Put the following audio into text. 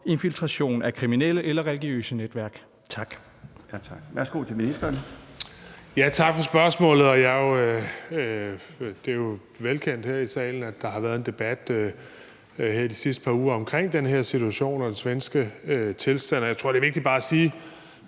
infiltration af kriminelle eller religiøse netværk. Tak.